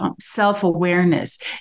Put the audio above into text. self-awareness